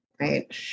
right